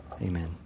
amen